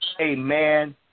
amen